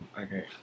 Okay